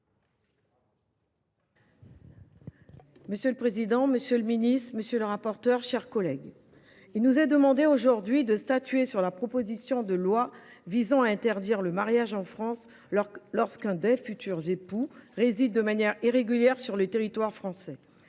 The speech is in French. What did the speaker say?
Monsieur le président, monsieur le garde des sceaux, mes chers collègues, il nous est demandé aujourd’hui de statuer sur une proposition de loi visant à interdire le mariage en France lorsque l’un des futurs époux réside de manière irrégulière sur le territoire français.